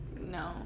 No